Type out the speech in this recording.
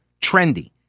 Trendy